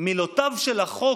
"מילותיו של החוק